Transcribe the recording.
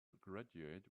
graduate